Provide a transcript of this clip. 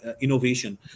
innovation